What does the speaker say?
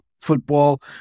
football